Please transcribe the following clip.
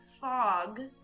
fog